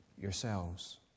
yourselves